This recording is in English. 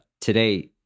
today